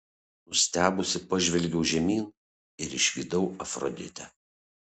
nustebusi pažvelgiau žemyn ir išvydau afroditę